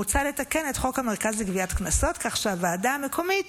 מוצע לתקן את חוק המרכז לגביית קנסות כך שהוועדה המקומית